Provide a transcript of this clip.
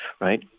right